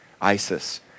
ISIS